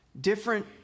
different